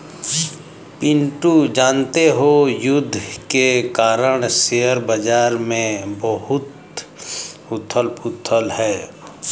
पिंटू जानते हो युद्ध के कारण शेयर बाजार में बहुत उथल पुथल है